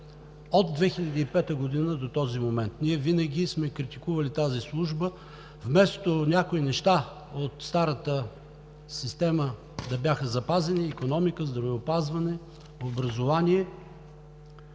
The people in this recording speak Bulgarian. от 2005 г. до този момент. Ние винаги сме критикували тази служба – вместо някои неща от старата система да бяха запазени: икономика, здравеопазване, образование,